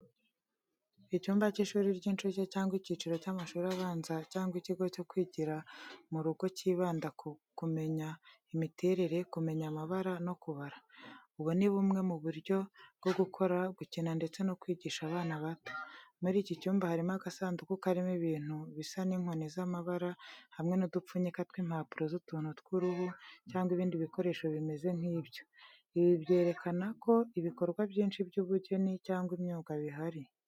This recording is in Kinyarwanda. Icyumba cy'ishuri ry'incuke cyangwa icyiciro cy'amashuri abanza cyangwa ikigo cyo kwigira mu rugo cyibanda ku kumenya imiterere, kumenya amabara, no kubara. Ubu ni bumwe mu buryo bwo gukora, gukina ndetse no kwigisha abana bato. Muri iki cyumba harimo agasanduku karimo ibintu bisa n'inkoni z'amabara, hamwe n'udupfunyika tw'impapuro z'utuntu tw'uruhu cyangwa ibindi bikoresho bimeze nk'ibyo. Ibi byerekana ko ibikorwa byinshi by'ubugeni cyangwa imyuga bihari.